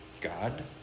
God